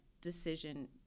decision